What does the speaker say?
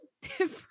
different